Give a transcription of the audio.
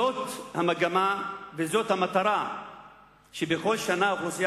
זאת המגמה וזאת המטרה כשבכל שנה האוכלוסייה